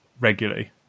regularly